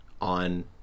on